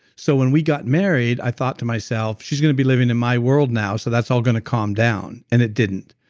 so when we got married i thought to myself she's going to be living in my world now so that's all going to calm down, and it didn't